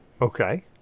Okay